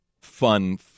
fun